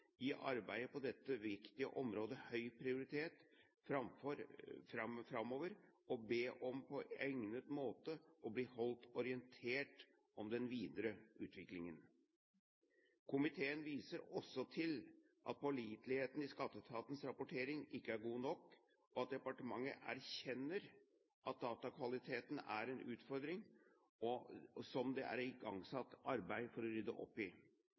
arbeidet på dette viktige området høy prioritet framover, og ber om på egnet måte å bli holdt orientert om den videre utviklingen. Komiteen viser også til at påliteligheten i skatteetatens rapportering ikke er god nok, og at departementet erkjenner at datakvaliteten er en utfordring, som det er igangsatt arbeid for å rydde opp i.